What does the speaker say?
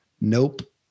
Nope